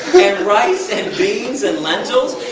and rice, and beans, and lentils?